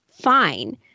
fine